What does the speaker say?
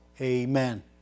amen